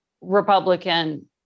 Republican